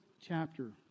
chapter